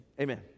amen